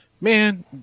Man